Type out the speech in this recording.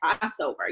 Passover